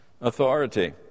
authority